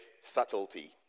subtlety